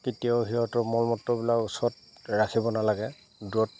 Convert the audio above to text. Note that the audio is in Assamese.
কেতিয়াও সিহঁতৰ মোৰ মল মূত্ৰবিলাক ওচৰত ৰাখিব নালাগে দূৰত